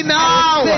now